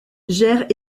gère